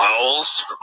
owls